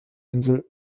insel